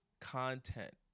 content